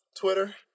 Twitter